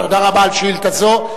תודה רבה על שאילתא זו.